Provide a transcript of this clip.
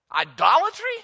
Idolatry